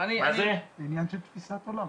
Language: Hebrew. עניין של תפיסת עולם.